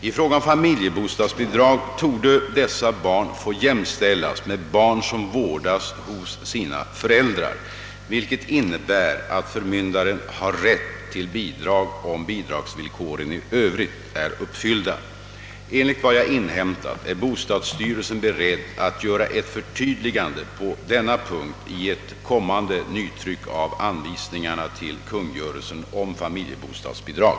I fråga om familjebostadsbidrag torde dessa barn få jämställas med barn som vårdas hos sina föräldrar, vilket innebär att förmyndaren har rätt till bidrag om bidragsvillkoren i övrigt är uppfyllda. Enligt vad jag inhämtat är bostadsstyrelsen beredd att göra ett förtydligande på denna punkt i ett kommande nytryck av anvisningarna till kungörelsen om familjebostadsbidrag.